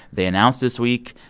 they announced this week,